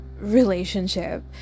relationship